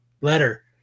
letter